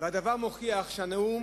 והדבר מוכיח שהנאום